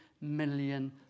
million